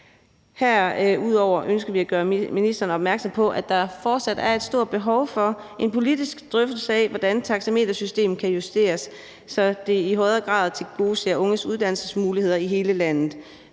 Herudover ønsker vi at gøre ministeren opmærksom på, at der fortsat er et stort behov for en politisk drøftelse af, hvordan taxametersystemet kan justeres, så det i højere grad tilgodeser unges uddannelsesmuligheder i hele landet.